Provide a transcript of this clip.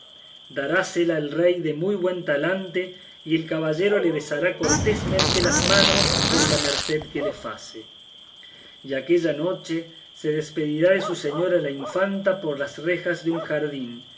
darásela el rey de muy buen talante y el caballero le besará cortésmente las manos por la merced que le face y aquella noche se despedirá de su señora la infanta por las rejas de un jardín